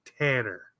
Tanner